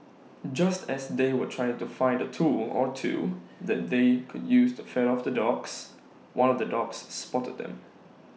just as they were trying to find A tool or two that they could use to fend off the dogs one of the dogs spotted them